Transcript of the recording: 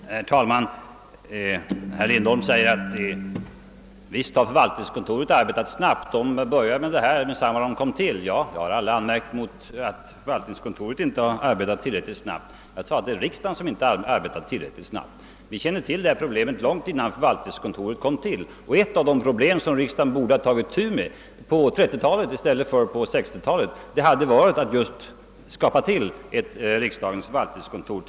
Herr talman! Herr Lindholm säger att förvaltningskontoret har arbetat snabbt, att man börjat behandlingen av frågan omedelbart efter sin tillkomst. Men jag har aldrig anmärkt på att förvaltningskontoret inte arbetat tillräckligt fort. Jag sade att det är riksdagen som inte arbetat tillräckligt snabbt. Riksdagens lokalfråga var aktuell långt innan förvaltningskontoret tillkom, en av de saker som riksdagen borde ha tagit itu med redan på 1930-talet i stället för på 1960-talet var just att tillskapa ett riksdagens förvaltningskontor.